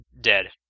dead